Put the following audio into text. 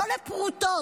לא לפרוטות.